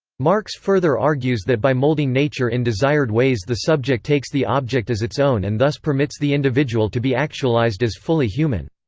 marx further argues that by moulding nature in desired ways the subject takes the object as its own and thus permits the individual to be actualised as fully human.